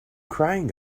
crying